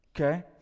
okay